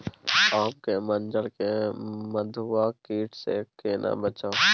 आम के मंजर के मधुआ कीट स केना बचाऊ?